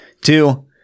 Two